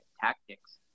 tactics